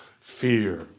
fear